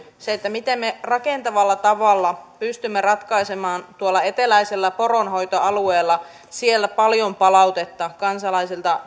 se miten me rakentavalla tavalla pystymme ratkaisemaan eteläisellä poronhoitoalueella tilanteen josta tulee paljon palautetta kansalaisilta